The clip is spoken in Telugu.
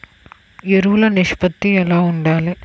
ఎరువులు నిష్పత్తి ఎలా ఉండాలి?